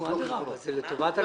אדרבה, זה לטובת הלקוחות.